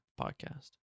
podcast